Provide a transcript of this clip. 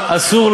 סיכום: אסור,